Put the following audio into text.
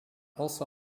also